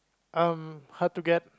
um hard to get